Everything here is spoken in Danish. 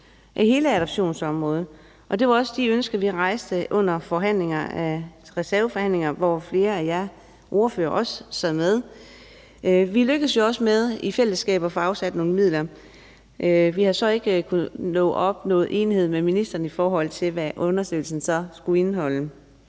af hele adoptionsområdet. Det var også de ønsker, vi rejste under reserveforhandlingerne, hvor flere af jer ordførere også sad med. Vi lykkedes jo også med i fællesskab at få afsat nogle midler. Vi har så ikke kunnet opnå enighed med ministeren om, hvad undersøgelsen så skulle indeholde.